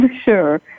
Sure